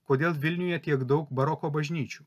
kodėl vilniuje tiek daug baroko bažnyčių